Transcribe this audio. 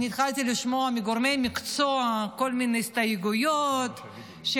אני התחלתי לשמוע מגורמי מקצוע כל מיני הסתייגויות על